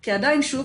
כי עדיין - שוב,